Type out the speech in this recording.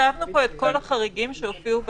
כתבנו פה את כל החריגים שהופיעו בתקופה.